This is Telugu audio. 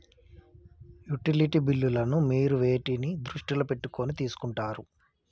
యుటిలిటీ బిల్లులను మీరు వేటిని దృష్టిలో పెట్టుకొని తీసుకుంటారు?